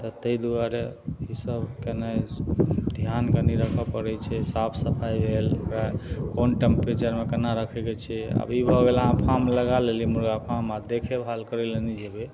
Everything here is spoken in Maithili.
तऽ तै दुआरे ई सब केने ध्यान कनी राखऽ पड़य छै साफ सफाइ भेल ओकरा कोन टेम्प्रेचरमे केना रखयके छै आब ई भऽ गेल अहाँ फार्म लगा लेली मुर्गा फार्म आओर देखेभाल करय लए नहि जेबय